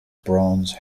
bronze